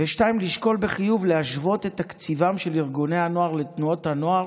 2. לשקול בחיוב להשוות את תקציבם של ארגוני הנוער לתנועות הנוער.